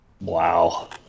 Wow